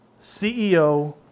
CEO